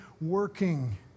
working